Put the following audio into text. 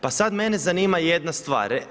Pa sad mene zanima jedna stvar.